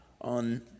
on